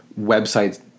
websites